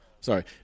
Sorry